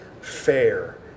fair